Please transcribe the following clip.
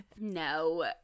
No